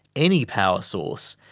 any power source,